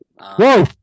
Whoa